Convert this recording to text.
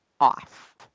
off